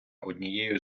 однієї